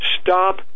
stop